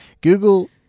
Google